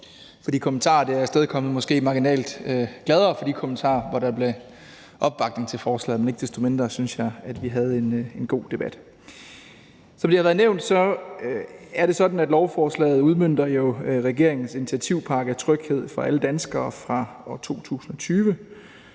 for de kommentarer, det har afstedkommet, og måske marginalt gladere for de kommentarer, hvor der var opbakning til forslaget. Men ikke desto mindre synes jeg, at vi havde en god debat. Som det har været nævnt, er det sådan, at lovforslaget udmønter regeringens initiativpakke »Tryghed for alle danskere« fra år 2020,